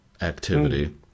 activity